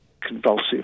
convulsive